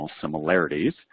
similarities